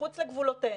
מחוץ לגבולותינו,